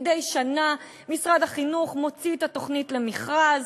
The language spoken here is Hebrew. מדי שנה משרד החינוך מוציא את התוכנית למכרז.